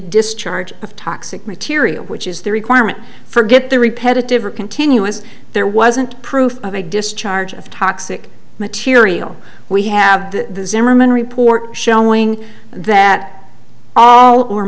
discharge of toxic material which is the requirement for get the repetitive or continuous there wasn't proof of a discharge of toxic material we have the zimmerman report showing that all or